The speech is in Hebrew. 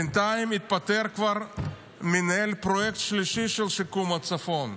בינתיים כבר התפטר מנהל פרויקט שלישי של שיקום הצפון.